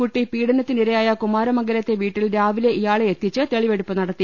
കുട്ടി പീഡനത്തിനിരയായ കുമാരമംഗല ത്തെ വീട്ടിൽ രാവിലെ ഇയാളെ എത്തിച്ച് തെളിവെടുപ്പ് നടത്തി